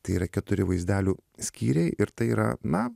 tai yra keturi vaizdelių skyriai ir tai yra na